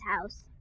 house